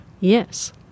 Yes